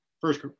first